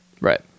Right